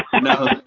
No